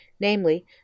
namely